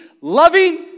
loving